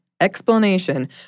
explanation